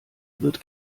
wird